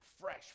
fresh